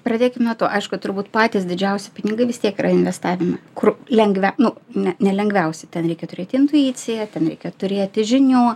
pradėkim nuo to aišku turbūt patys didžiausi pinigai vis tiek yra investavime kur lengvia nu ne ne lengviausia ten reikia turėti intuiciją ten reikia turėti žinių